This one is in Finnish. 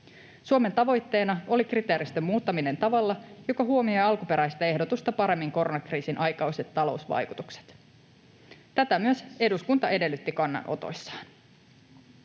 Suomen tavoitteena oli kriteeristön muuttaminen tavalla, joka huomioi alkuperäistä ehdotusta paremmin koronakriisin aikaiset talousvaikutukset. Tätä myös eduskunta edellytti kannanotoissaan.